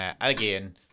again